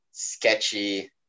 sketchy